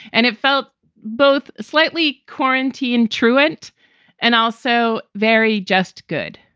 and it felt both slightly quarantine, truant and also very just good.